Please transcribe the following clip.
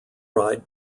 ride